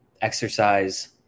exercise